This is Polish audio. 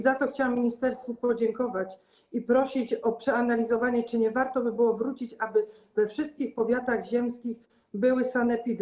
Za to chciałam ministerstwu podziękować i prosić o przeanalizowanie, czy nie warto by było wrócić do tego, aby we wszystkich powiatach ziemskich były sanepidy.